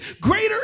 Greater